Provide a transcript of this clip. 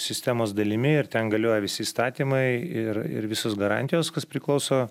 sistemos dalimi ir ten galioja visi įstatymai ir ir visos garantijos kas priklauso